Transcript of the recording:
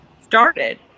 started